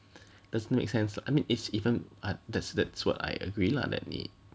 doesn't make sense I mean it's even uh that's that's what I agree lah that 你